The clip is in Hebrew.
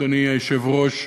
אדוני היושב-ראש,